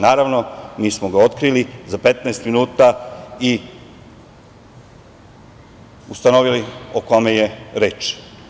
Naravno, mi smo ga otkrili za 15 minuta i ustanovili o kome je reč.